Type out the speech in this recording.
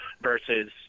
versus